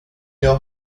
jag